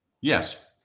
Yes